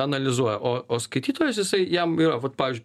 analizuoja o o skaitytojas jisai jam yra vat pavyzdžiui